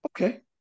Okay